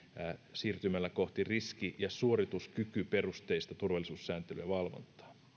siirtymällä kohti riski ja suorituskykyperusteista turvallisuussääntelyä ja valvontaa